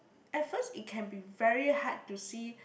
at first it can be very hard to see